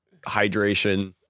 hydration